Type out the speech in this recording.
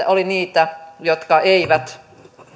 oli niitä jotka eivät